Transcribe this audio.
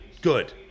Good